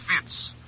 fits